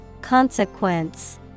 Consequence